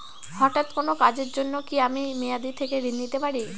হঠাৎ কোন কাজের জন্য কি আমি মেয়াদী থেকে ঋণ নিতে পারি?